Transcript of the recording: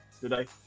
today